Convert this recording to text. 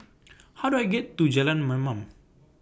How Do I get to Jalan Mamam